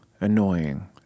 annoying